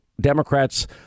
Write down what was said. Democrats